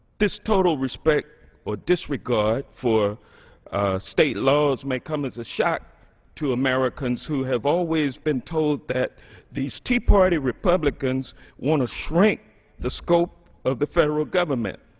this total respect but disregard for state laws may come as a shock to americans who have always been told that these tea party republicans want to shrink the scope of the federal government.